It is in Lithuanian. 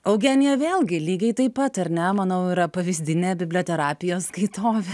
eugenija vėlgi lygiai taip pat ar ne manau yra pavyzdinė biblioterapijos skaitovė